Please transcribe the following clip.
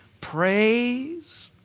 praise